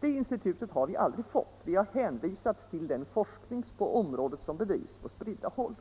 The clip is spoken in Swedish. Detta institut har vi aldrig fått, vi har hänvisats till den forskning på området som bedrivs på spridda håll.